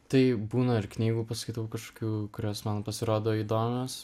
tai būna ir knygų paskaitau kažkokių kurios man pasirodo įdomios